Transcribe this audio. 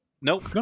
Nope